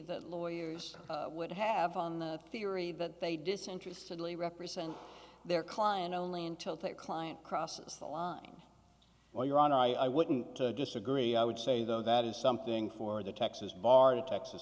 that lawyers would have on the theory that they disinterested lea represent their client only until their client crosses the line well your honor i wouldn't disagree i would say though that is something for the texas bar the texas